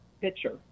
picture